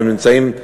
והם נמצאים,